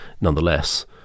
Nonetheless